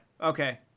Okay